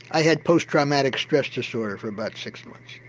i had post traumatic stress disorder for about six months.